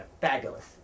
fabulous